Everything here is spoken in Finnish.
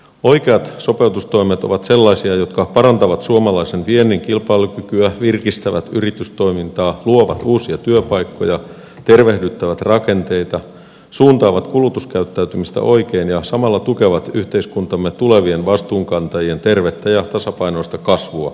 oikeat sopeutustoimet ovat sellaisia jotka parantavat suomalaisen viennin kilpailukykyä virkistävät yritystoimintaa luovat uusia työpaikkoja tervehdyttävät rakenteita suuntaavat kulutuskäyttäytymistä oikein ja samalla tukevat yhteiskuntamme tulevien vastuunkantajien tervettä ja tasapainoista kasvua